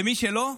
ומי שלא,